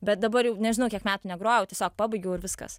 bet dabar jau nežinau kiek metų negrojau tiesiog pabaigiau ir viskas